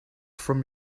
from